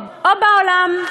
או בעולם.